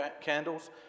candles